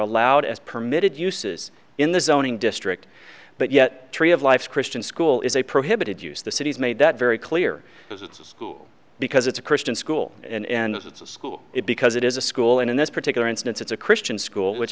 allowed as permitted uses in the zoning district but yet tree of life christian school is a prohibited use the city's made that very clear as a school because it's a christian school and it's a school it because it is a school and in this particular instance it's a christian school which